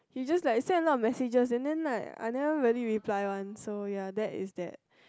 he just like sent a lot of messages and then like I never really reply one so ya that is that